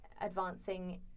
advancing